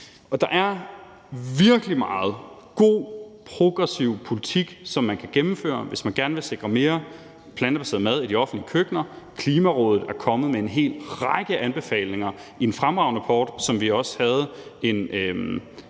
Der er virkelig meget god, progressiv politik, man kan gennemføre, hvis man gerne vil sikre mere plantebaseret mad i de offentlige køkkener. Klimarådet er kommet med en hel række anbefalinger i en fremragende rapport, som vi også havde en